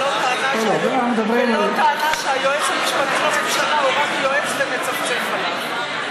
והיא לא טענה שהיועץ המשפטי לממשלה הוא רק יועץ ונצפצף עליו.